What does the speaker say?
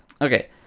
Okay